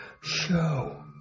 Show